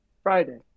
Friday